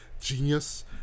genius